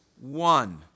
one